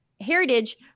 heritage